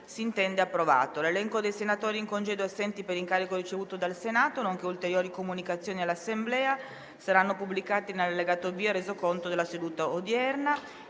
finestra"). L'elenco dei senatori in congedo e assenti per incarico ricevuto dal Senato, nonché ulteriori comunicazioni all'Assemblea saranno pubblicati nell'allegato B al Resoconto della seduta odierna.